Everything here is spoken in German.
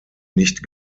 nicht